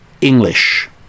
english